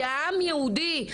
כעם יהודי,